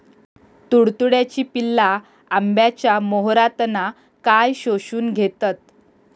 तुडतुड्याची पिल्ला आंब्याच्या मोहरातना काय शोशून घेतत?